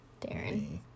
Darren